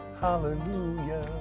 hallelujah